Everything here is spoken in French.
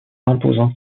imposant